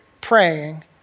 praying